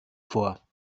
vor